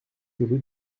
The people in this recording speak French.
rue